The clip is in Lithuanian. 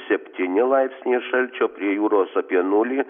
septyni laipsniai šalčio prie jūros apie nulį